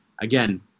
again